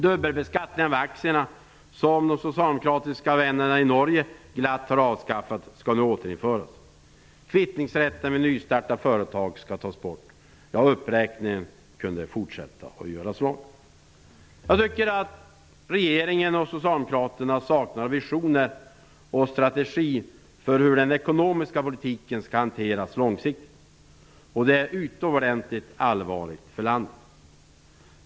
Dubbelbeskattningen av aktier, som de socialdemokratiska vännerna i Norge glatt har avskaffat, skall nu återinföras. Kvittningsrätten vid nystartat företag skall tas bort. Uppräkningen kunde fortsättas och bli lång. Jag tycker att regeringen och Socialdemokraterna saknar visioner och en strategi för hur den ekonomiska politiken långsiktigt skall hanteras. Det är utomordentligt allvarligt för landet.